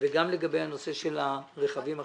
וגם לגבי הנושא של הרכבים החשמליים.